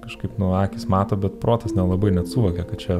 kažkaip nu akys mato bet protas nelabai net suvokia kad čia